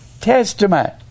testament